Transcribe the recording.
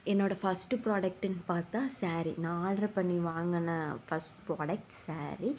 என்னோடய ஃபஸ்ட் ப்ராடக்ட்டுன்னு பார்த்தா ஸாரீ நான் ஆர்டர் பண்ணி வாங்கின ஃபஸ்ட் ப்ராடக்ட் ஸாரீ